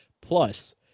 plus